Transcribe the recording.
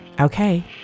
Okay